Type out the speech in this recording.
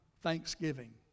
thanksgiving